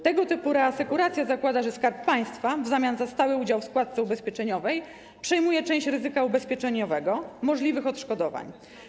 Tego typu reasekuracja zakłada, że Skarb Państwa w zamian za stały udział z składce ubezpieczeniowej przejmuje część ryzyka ubezpieczeniowego możliwych odszkodowań.